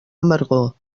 amargor